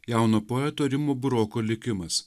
jauno poeto rimo buroko likimas